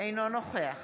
אינו נוכח